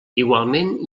igualment